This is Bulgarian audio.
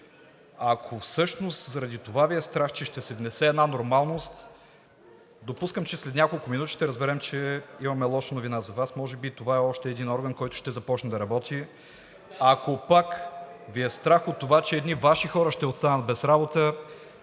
Ако всъщност заради това Ви е страх – че ще се внесе една нормалност, допускам, че след няколко минути ще разберем, че имаме лоша новина за Вас. Може би това е още един орган, който ще започне да работи! Ако пак Ви е страх от това, че едни Ваши хора ще останат без работа,